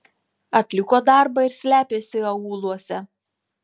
atliko darbą ir slepiasi aūluose